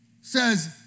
says